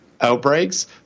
outbreaks